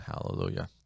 hallelujah